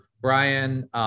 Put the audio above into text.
Brian